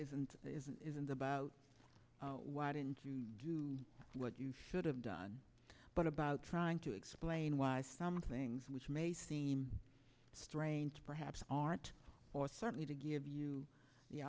and isn't isn't about why didn't you do what you should have done but about trying to explain why some things which may seem strange perhaps aren't or certainly to give you the